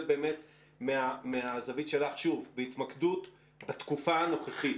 מהזווית שלך בהתמקדות בתקופה הנוכחית.